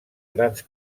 grans